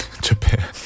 Japan